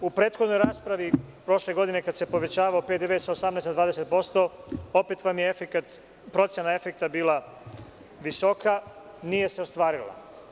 U prethodnoj raspravi prošle godine kada se povećavao PDV sa 18% na 20%, opet vam je procena efekta bila visoka, nije se ostvarila.